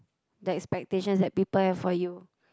that expectations that people have for you